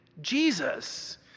Jesus